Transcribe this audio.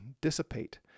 dissipate